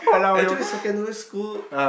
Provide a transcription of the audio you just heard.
actually secondary school